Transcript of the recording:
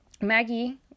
Maggie